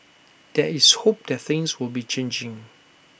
there is hope that things will be changing